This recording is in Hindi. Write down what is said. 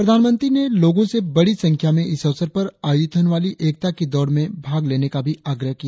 प्रधानमंत्री ने लोगों से बड़ी संख्या में इस अवसर पर आयोजित होने वाली एकता की दौड़ में भाग लेने का भी आग्रह किया